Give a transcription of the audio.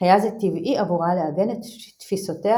היה זה טבעי עבורה לעגן את תפיסותיה